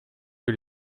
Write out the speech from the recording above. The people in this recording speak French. que